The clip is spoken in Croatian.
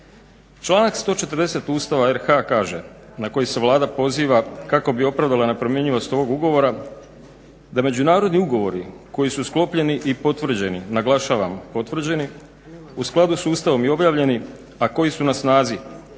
Članak 140. Ustava RH kaže na koji se Vlada poziva kako bi opravdala neprimjenjivost ovog ugovora da Međunarodni ugovori koji su sklopljeni koji su sklopljeni i potvrđeni naglašavam potvrđeni u skladu s Ustavom i objavljeni a koji su na snazi